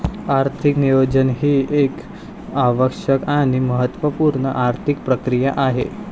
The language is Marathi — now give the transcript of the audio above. आर्थिक नियोजन ही एक आवश्यक आणि महत्त्व पूर्ण आर्थिक प्रक्रिया आहे